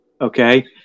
Okay